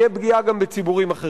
אתה יודע שאני שייך לאלה שרוצים לתקן.